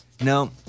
No